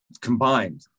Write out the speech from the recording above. combined